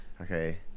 Okay